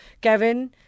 Kevin